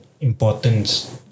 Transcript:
importance